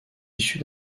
issue